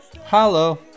hello